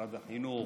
משרד החינוך,